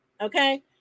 Okay